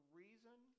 reason